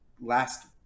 last